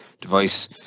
device